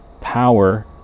power